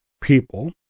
people